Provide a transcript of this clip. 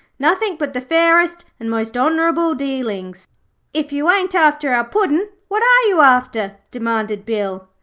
nothing but the fairest and most honourable dealings if you ain't after our puddin, what are you after demanded bill.